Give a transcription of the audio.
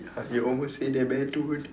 ya you almost say that man dude